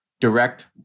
direct